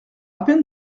peine